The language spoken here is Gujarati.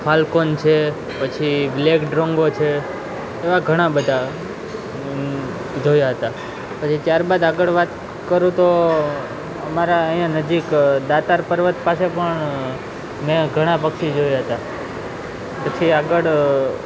ફાલ્કોન છે પછી બ્લેક ડ્રોન્ગો છે એવા ઘણા બધા જોયા તા પછી ત્યાર બાદ આગળ વાત કરું તો અમારા અયા નજીક દાતાર પર્વત પાસે પણ મેં ઘણા પક્ષી જોયા તા પછી આગળ